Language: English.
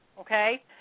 okay